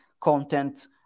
content